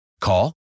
Call